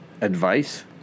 advice